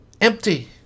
empty